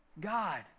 God